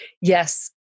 yes